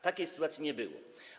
Takiej sytuacji nie było.